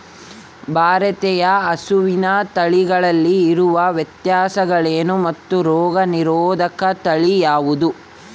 ಭಾರತೇಯ ಹಸುವಿನ ತಳಿಗಳಲ್ಲಿ ಇರುವ ವ್ಯತ್ಯಾಸಗಳೇನು ಮತ್ತು ರೋಗನಿರೋಧಕ ತಳಿ ಯಾವುದು?